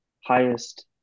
highest